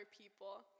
people